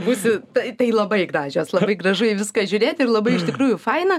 būsiu tai tai labai gražios labai gražu į viską žiūrėt ir labai iš tikrųjų faina